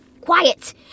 Quiet